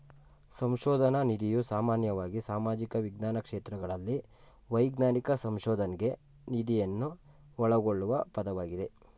ಸಂಶೋಧನ ನಿಧಿಯು ಸಾಮಾನ್ಯವಾಗಿ ಸಾಮಾಜಿಕ ವಿಜ್ಞಾನ ಕ್ಷೇತ್ರಗಳಲ್ಲಿ ವೈಜ್ಞಾನಿಕ ಸಂಶೋಧನ್ಗೆ ನಿಧಿಯನ್ನ ಒಳಗೊಳ್ಳುವ ಪದವಾಗಿದೆ